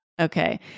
Okay